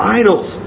idols